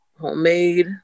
homemade